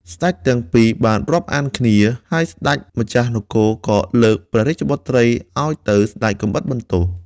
ស្ដេចទាំងពីរបានរាប់អានគ្នា ហើយស្ដេចម្ចាស់នគរក៏លើកព្រះរាជបុត្រីឱ្យទៅស្ដេចកាំបិតបន្ទោះ។